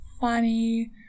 funny